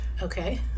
Okay